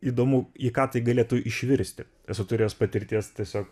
įdomu į ką tai galėtų išvirsti esu turėjęs patirties tiesiog